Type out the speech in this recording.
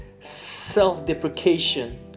self-deprecation